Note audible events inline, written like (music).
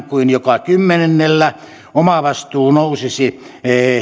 (unintelligible) kuin joka kymmenennellä omavastuu nousisi